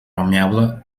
amiable